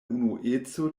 unueco